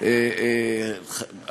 אדוני השר לוין?